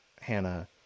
Hannah